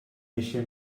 eixe